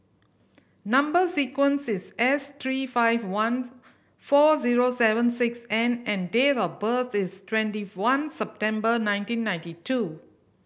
number sequence is S three five one four zero seven six N and date of birth is twenty one September nineteen ninety two